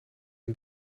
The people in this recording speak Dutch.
een